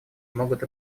могут